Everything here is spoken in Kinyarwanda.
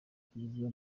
kiliziya